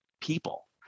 people